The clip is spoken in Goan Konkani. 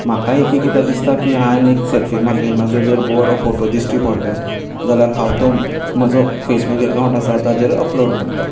म्हाकाय एक एकदां दिसता की हांयेन एक सेल्फी मारली म्हाजो जर बरो फोटो दिसी पडलो जाल्यार हांव तो म्हजो फेसबूक अकाउंट आसा ताजेर अपलोड करतां